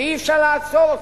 שאי-אפשר לעצור אותה.